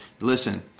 Listen